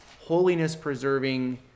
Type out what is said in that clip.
holiness-preserving